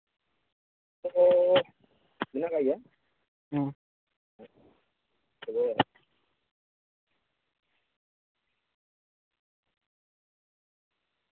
ᱚ